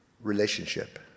Relationship